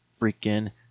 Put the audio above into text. freaking